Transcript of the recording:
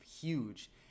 huge